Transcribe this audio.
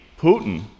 Putin